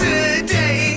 Today